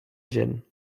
gent